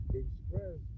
express